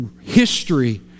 history